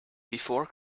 before